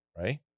right